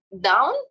down